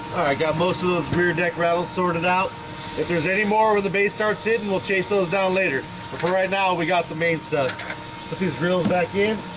got most of those rear deck rattles sorted out if there's any more over the base starts hit and we'll chase those down later but for right now we got the main stuff with his real back game